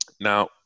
now